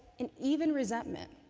and even resentment.